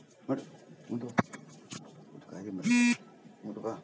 ഇങ്ങോട്ട് ഇങ്ങോട്ട് വാ ഒരു കാര്യം പറയട്ടെ ഇങ്ങോട്ടു വാ